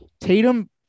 Tatum